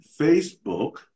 Facebook